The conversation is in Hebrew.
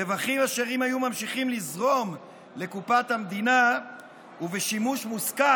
רווחים אשר אם היו ממשיכים לזרום לקופת המדינה ובשימוש מושכל,